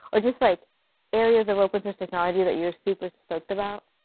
or just like areas of open-source technology that you're super stoked about?